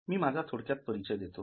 मी माझा थोडक्यात परिचय देतो